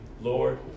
Lord